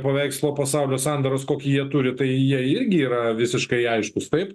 paveikslo pasaulio sandaros kokį jie turi tai jie irgi yra visiškai aiškūs taip